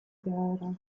gara